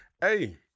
hey